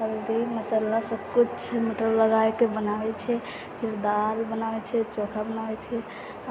हल्दी मसाला सब किछु मतलब लगायके बनाबै छियै दाल बनाबै छियै चोखा बनाबै छियै